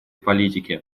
политики